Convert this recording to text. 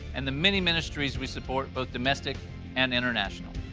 and the many ministries we support both domestic and international.